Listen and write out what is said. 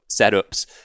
setups